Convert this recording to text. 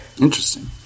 Interesting